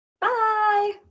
Bye